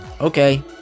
Okay